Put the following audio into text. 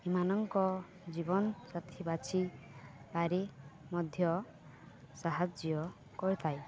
ଏମାନଙ୍କ ଜୀବନସାଥି ବାଛି ପାରି ମଧ୍ୟ ସାହାଯ୍ୟ କରିଥାଏ